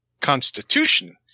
Constitution